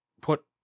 put